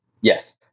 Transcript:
Yes